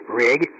rig